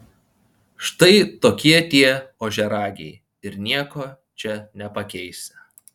štai tokie tie ožiaragiai ir nieko čia nepakeisi